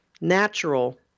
natural